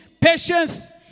patience